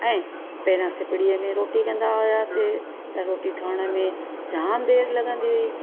ऐं पहिरां सुपिरीअ में रोटी कंदा हुयासीं त रोटी ठहण में जाम देरि लॻंदी हुई